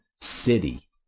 city